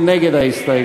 מי נגד ההסתייגות?